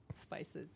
spices